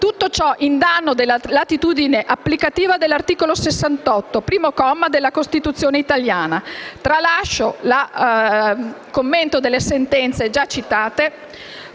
Tutto ciò in danno della latitudine applicativa dell'articolo 68, primo comma, della Costituzione italiana. Tralascio il commento delle sentenze già citate